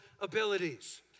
abilities